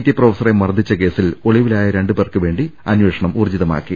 T പ്രൊഫസറെ മർദ്ദിച്ച കേസിൽ ഒളി വിലായ രണ്ടുപേർക്കുവേണ്ടി അന്വേഷണം ഊർജ്ജിതമാ ക്കി